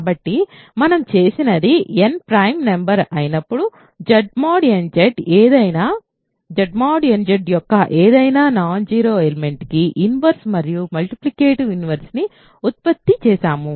కాబట్టి మనం చేసినది n ప్రైమ్ నెంబర్ అయినప్పుడు Z mod nZ యొక్క ఏదైనా నాన్జీరో ఎలిమెంట్కి ఇన్వర్స్ మరియు మల్టిప్లికేటివ్ ఇన్వర్స్ ని ఉత్పత్తి చేశాము